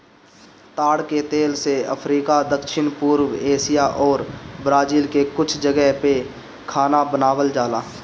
ताड़ के तेल से अफ्रीका, दक्षिण पूर्व एशिया अउरी ब्राजील के कुछ जगह पअ खाना बनावल जाला